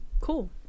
Cool